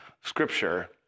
Scripture